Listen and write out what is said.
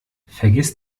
vergiss